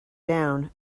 down